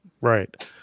Right